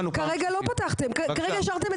לא, לא כשהדחתם אותו בפועל.